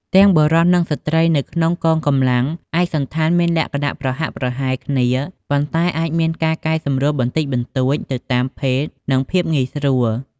ទាំងបុរស និងស្ត្រីនៅក្នុងកងកម្លាំង ឯកសណ្ឋានមានលក្ខណៈប្រហាក់ប្រហែលគ្នា ប៉ុន្តែអាចមានការកែសម្រួលបន្តិចបន្តួចទៅតាមភេទ និងភាពងាយស្រួល។